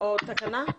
או תקנה?